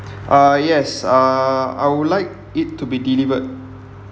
uh yes uh I would like it to be delivered